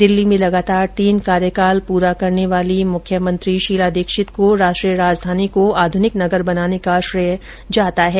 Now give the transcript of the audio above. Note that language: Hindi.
दिल्ली में लगातार तीन कार्यकाल पूरा करने वाली मुख्यमंत्री शीला दीक्षित को राष्ट्रीय राजधानी को आध्रनिक नगर बनाने का श्रेय जाता है